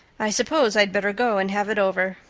i suppose i'd better go and have it over.